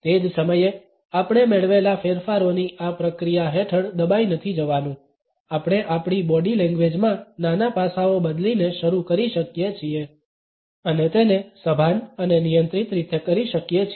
તે જ સમયે આપણે મેળવેલા ફેરફારોની આ પ્રક્રિયા હેઠળ દબાઇ નથી જવાનું આપણે આપણી બોડી લેંગ્વેજમાં નાના પાસાઓ બદલીને શરૂ કરી શકીએ છીએ અને તેને સભાન અને નિયંત્રિત રીતે કરી શકીએ છીએ